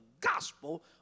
gospel